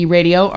Radio